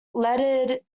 lettered